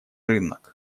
рынок